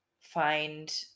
find